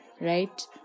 right